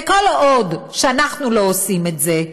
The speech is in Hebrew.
וכל עוד אנחנו לא עושים את זה,